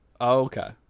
okay